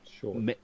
Sure